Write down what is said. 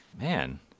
Man